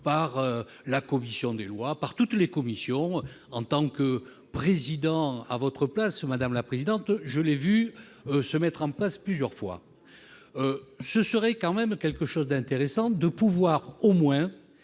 par la commission des lois par toutes les commissions en tant que président, à votre place, madame la présidente, je l'ai vu se mettre en place plusieurs fois, ce serait quand même quelque chose d'intéressant de pouvoir au moins